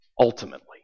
Ultimately